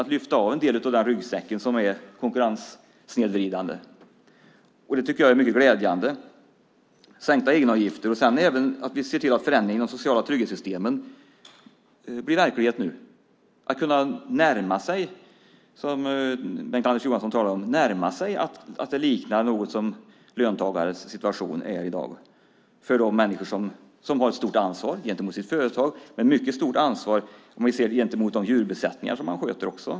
Det handlar om att lyfta bort en del av ryggsäcken som är konkurrenssnedvridande. Det tycker jag är mycket glädjande. Det handlar om sänkta egenavgifter och att vi ser till att de sociala trygghetssystemen nu blir verklighet. Det börjar närma sig, som Bengt-Anders Johansson talar om, så att det liknar hur löntagares situation är i dag. Det handlar om människor som har ett stort ansvar gentemot sitt företag och också gentemot de djurbesättningar som de sköter.